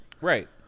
Right